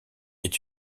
est